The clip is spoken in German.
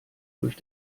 durch